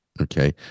Okay